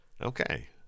okay